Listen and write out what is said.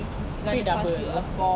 pay double you know